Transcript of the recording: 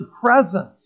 presence